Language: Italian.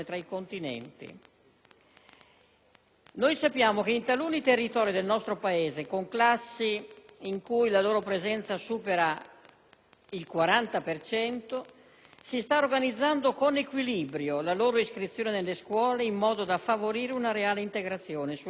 Sappiamo che in taluni territori del nostro Paese, con classi in cui la presenza di alcuni immigrati supera il 40 per cento, si sta organizzando con equilibrio la loro iscrizione nelle scuole in modo da favorire una reale integrazione sulla base dei principi fondamentali,